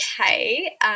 okay